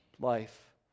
life